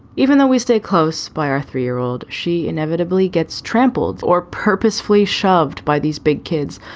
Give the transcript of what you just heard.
even though we stay close by our three year old, she inevitably gets trampled or purposefully shoved by these big kids,